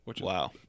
Wow